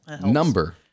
Number